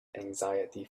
anxiety